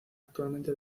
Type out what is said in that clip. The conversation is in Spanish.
actualmente